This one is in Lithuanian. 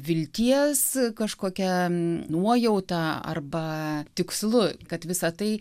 vilties kažkokia nuojauta arba tikslu kad visa tai